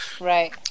Right